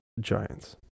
Giants